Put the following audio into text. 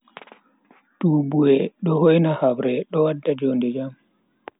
Tubuye do hoina habre do wadda jonde jam.